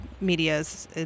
Media's